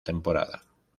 temporada